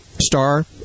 star